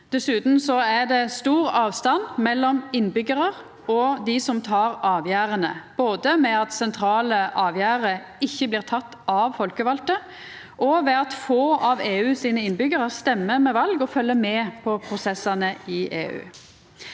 Dessutan er det stor avstand mellom innbyggjarar og dei som tek avgjerdene, både ved at sentrale avgjerder ikkje blir tekne av folkevalde, og ved at få av EUs innbyggjarar stemmer ved val og følgjer med på prosessane i EU.